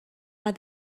are